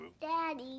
Daddy